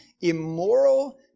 immoral